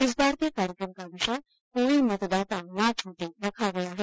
इस बार के कार्यक्रम का विषय कोई मतदाता ना छटे रखा गया है